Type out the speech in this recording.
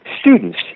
students